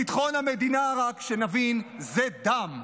ביטחון המדינה, רק שנבין, זה דם,